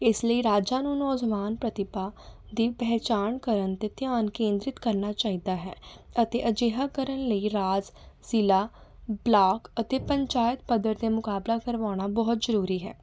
ਇਸ ਲਈ ਰਾਜਾਂ ਨੂੰ ਨੌਜਵਾਨ ਪ੍ਰਤਿਭਾ ਦੀ ਪਹਿਚਾਣ ਕਰਨ 'ਤੇ ਧਿਆਨ ਕੇਂਦਰਿਤ ਕਰਨਾ ਚਾਹੀਦਾ ਹੈ ਅਤੇ ਅਜਿਹਾ ਕਰਨ ਲਈ ਰਾਜ ਜ਼ਿਲ੍ਹਾ ਬਲਾਕ ਅਤੇ ਪੰਚਾਇਤ ਪੱਧਰ 'ਤੇ ਮੁਕਾਬਲਾ ਕਰਵਾਉਣਾ ਬਹੁਤ ਜ਼ਰੂਰੀ ਹੈ